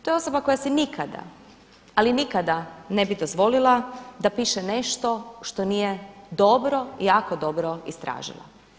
To je osoba koja si nikada ali nikada ne bi dozvolila da piše nešto što nije dobro, jako dobro istražila.